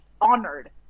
honored